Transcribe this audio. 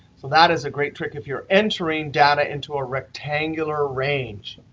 so that is a great trick if you're entering data into a rectangular range.